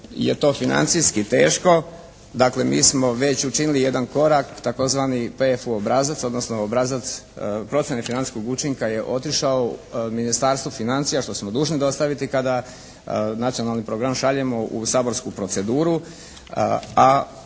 je to financijski teško. Dakle mi smo već učinili jedan korak, tzv. PVU obrazac, odnosno obrazac procjene financijskog učinka je otišao u Ministarstvo financija, što smo dužni dostaviti kada Nacionalni program šaljemo u saborsku proceduru.